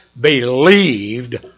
believed